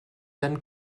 werden